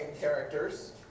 characters